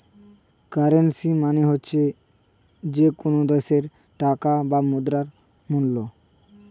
currency মানে হচ্ছে যে কোনো দেশের টাকার বা মুদ্রার মূল্য